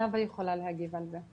אני חושבת שנאוה יכולה להגיב על זה.